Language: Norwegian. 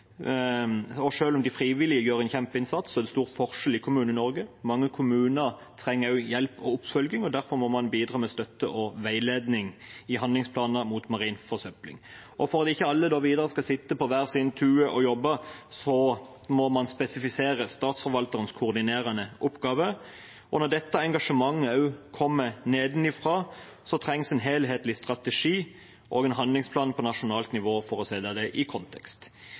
om de frivillige gjør en kjempeinnsats, er det stor forskjell i Kommune-Norge. Mange kommuner trenger også hjelp og oppfølging, og derfor må man bidra med støtte og veiledning i handlingsplaner mot marin forsøpling. For at ikke alle videre skal sitte på hver sin tue og jobbe, må man spesifisere statsforvalternes koordinerende oppgave. Og når dette engasjementet også kommer nedenfra, trengs en helhetlig strategi og en handlingsplan på nasjonalt nivå for å sette det i kontekst.